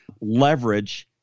leverage